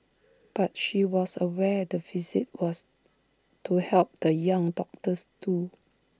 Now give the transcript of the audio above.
but she was aware the visit was to help the young doctors too